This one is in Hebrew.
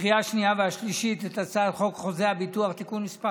לקריאה השנייה והשלישית את הצעת חוק חוזה הביטוח (תיקון מס'